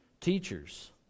teachers